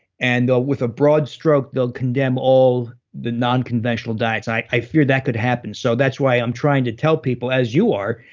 and with a broad stroke they'll condemn all the non-conventional diets, and i fear that could happen, so that's why i'm trying to tell people as you are,